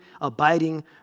abiding